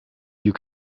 you